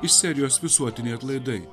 iš serijos visuotiniai atlaidai